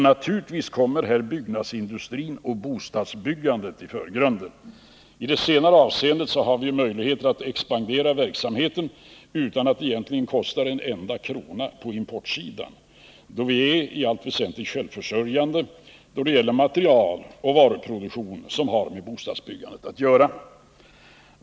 Naturligtvis kommer här byggnadsindustrin och bostadsbyggandet i förgrunden. I det senare avseendet har vi ju möjligheter att expandera verksamheten utan att det egentligen kostar en enda krona på importsidan, då vi i allt väsentligt är självförsörjande när det gäller material och varuproduktion som har med bostadsbyggandet att göra.